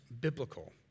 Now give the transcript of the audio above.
biblical